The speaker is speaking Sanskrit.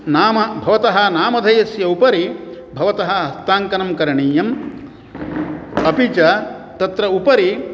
नाम भवतः नामधेयस्य उपरि भवतः हस्ताङ्कनं करणीयम् अपि च तत्र उपरि